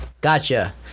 gotcha